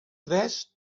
tres